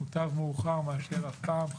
מוטב מאוחר מאשר אף פעם.